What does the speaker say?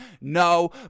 No